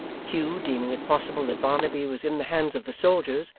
hugh, deeming it possible that barnaby was in the hands of the soldiers,